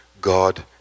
God